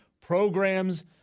programs